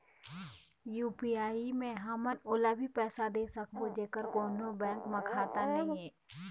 UPI मे हमन ओला भी पैसा दे सकबो जेकर कोन्हो बैंक म खाता नई हे?